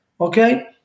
okay